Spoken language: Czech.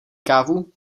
kávu